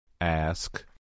Ask